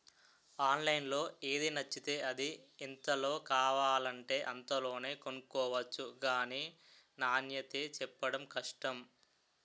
ఆన్లైన్లో ఏది నచ్చితే అది, ఎంతలో కావాలంటే అంతలోనే కొనుక్కొవచ్చు గానీ నాణ్యతే చెప్పడం కష్టం